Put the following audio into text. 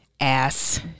ass